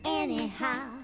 anyhow